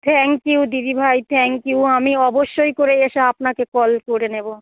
thank you দিদিভাই thank you আমি অবশ্যই করে এসে আপনাকে কল করে নেবো